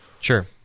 sure